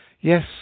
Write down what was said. Yes